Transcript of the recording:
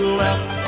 left